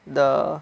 the